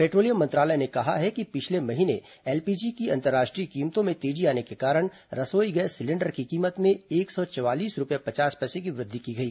petroleum मंत्रालय ने कहा कि पिछले महीने एलपीजी की अंतर्राष्ट्रीय कीमतों में तेजी आने के कारण रसोई गैस सिलेंडर की कीमत में एक सौ चवालीस रूपये पचास पैसे की वृद्धि की गई